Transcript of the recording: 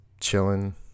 chilling